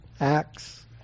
Acts